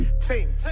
team